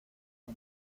que